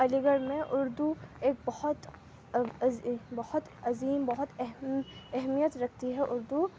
علی گڑھ میں اُردو ایک بہت بہت عظیم بہت اہم اہمیت رکھتی ہے اُردو